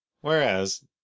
whereas